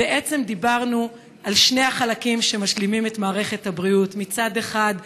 בעצם דיברנו על שני החלקים שמשלימים את מערכת הבריאות: מצד אחד,